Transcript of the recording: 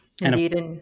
Indeed